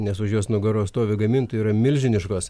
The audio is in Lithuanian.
nes už jos nugaros stovi gamintojų yra milžiniškos